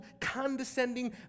condescending